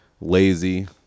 lazy